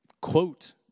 quote